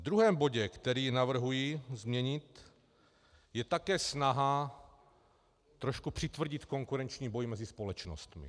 V druhém bodě, který navrhuji změnit, je také snaha trošku přitvrdit konkurenční boj mezi společnostmi.